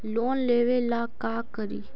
Loan लेबे ला का करि?